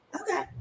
Okay